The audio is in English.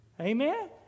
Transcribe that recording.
Amen